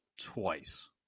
twice